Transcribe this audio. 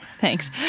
thanks